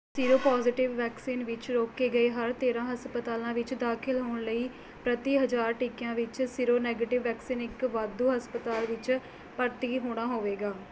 seropositive vaccine ਵਿੱਚ ਰੋਕੇ ਗਏ ਹਰ ਤੇਰ੍ਹਾਂ ਹਸਪਤਾਲਾਂ ਵਿੱਚ ਦਾਖਲ ਹੋਣ ਲਈ ਪ੍ਰਤੀ ਹਜ਼ਾਰ ਟੀਕਿਆਂ ਵਿੱਚ ਸੀਰੋਨੈਗੇਟਿਵ ਵੈਕਸੀਨ ਇੱਕ ਵਾਧੂ ਹਸਪਤਾਲ ਵਿੱਚ ਭਰਤੀ ਹੋਣਾ ਹੋਵੇਗਾ